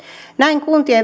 näin kuntien